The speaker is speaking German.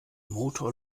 motor